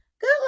good